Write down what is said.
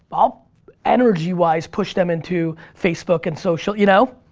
but i'll energy-wise push them into facebook and social, you know?